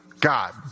God